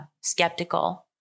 skeptical